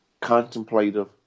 contemplative